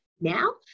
now